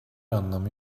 anlamı